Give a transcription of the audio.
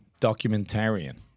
documentarian